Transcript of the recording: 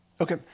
Okay